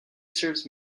serves